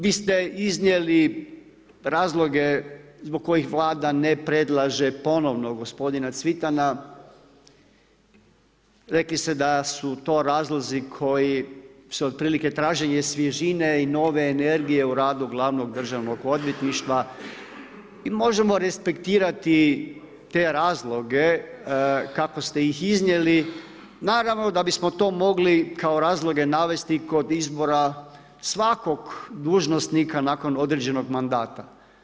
Vi ste iznijeli razloge zbog kojih Vlada ne predlaže ponovno gospodina Cvitana, rekli ste da su to razlozi koji su otprilike traženje svježine i nove energije u radu glavnog državnog odvjetništva i možemo respektirati te razloge kako ste ih iznijeli, naravno da bi smo to mogli kao razloge navesti kod izbora svakog dužnosnika nakon određenog mandata.